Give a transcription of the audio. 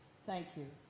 thank you.